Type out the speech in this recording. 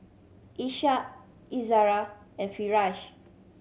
Ishak Izara and Firash